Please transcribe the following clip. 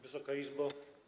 Wysoka Izbo!